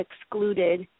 excluded